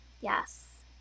Yes